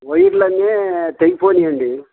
వైర్లన్నీ తెగిపోయాయండి